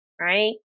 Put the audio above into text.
Right